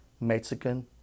Mexican